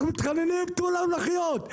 אנחנו מתחננים תנו לנו לחיות,